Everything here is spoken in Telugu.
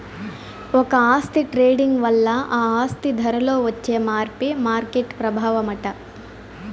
ఒక ఆస్తి ట్రేడింగ్ వల్ల ఆ ఆస్తి ధరలో వచ్చే మార్పే మార్కెట్ ప్రభావమట